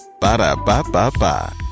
Ba-da-ba-ba-ba